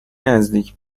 نزدیک